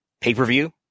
pay-per-view